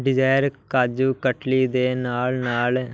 desire kaju katli ਦੇ ਨਾਲ ਨਾਲ